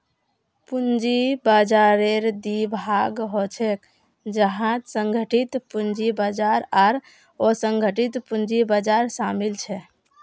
पूंजी बाजाररेर दी भाग ह छेक जहात संगठित पूंजी बाजार आर असंगठित पूंजी बाजार शामिल छेक